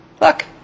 look